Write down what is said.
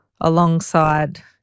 alongside